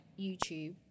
YouTube